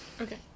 Okay